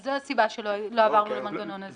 זו הסיבה שלא עברנו למנגנון האלה.